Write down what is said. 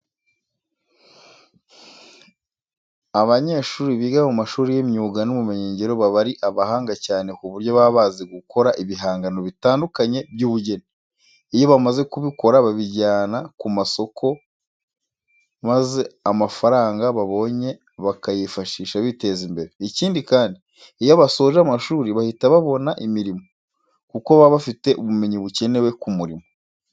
Abanyeshuri biga mu mashuri y'imyuga n'ubumenyingiro baba ari abahanga cyane ku buryo baba bazi gukora ibihangano bitandukanye by'ubugeni. Iyo bamaze kubikora babijyana ku masoko maza amafaranga babonye bakayifashisha biteza imbere. Ikindi kandi, iyo basoje amashuri bahita babona imirimo, kuko baba bafite ubumenyi bukenewe ku murimo.